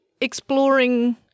exploring